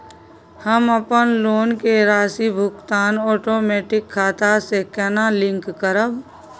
हम अपन लोन के राशि भुगतान ओटोमेटिक खाता से केना लिंक करब?